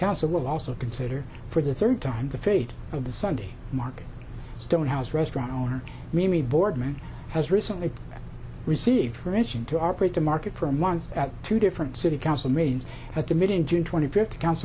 council will also consider for the third time the fate of the sunday market stonehouse restaurant owner mimi boardman has recently received permission to operate the market for a month at two different city council meetings at the mid in june twenty fifth coun